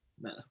No